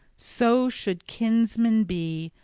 so should kinsmen be,